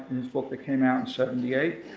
his book that came out in seventy eight,